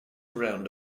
around